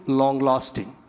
long-lasting